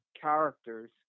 characters